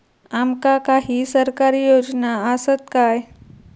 आमका काही सरकारी योजना आसत काय?